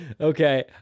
Okay